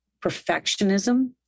perfectionism